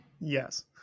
Yes